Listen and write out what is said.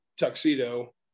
tuxedo